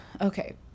okay